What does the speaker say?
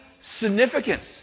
significance